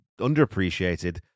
underappreciated